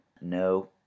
No